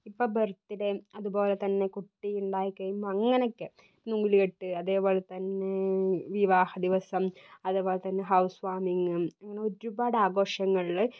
ഇപ്പം ബെർത്ത്ഡേ അതുപോല തന്നെ കുട്ടി ഉണ്ടായി കഴിയുമ്പോൾ അങ്ങനെയൊക്കെ നൂല് കെട്ട് അതേപോലതന്നെ വിവാഹ ദിവസം അതേപോലെതന്നെ ഹൌസ് വാമിങ്ങം അങ്ങനെ ഒരുപാട് ആഘോഷങ്ങളില്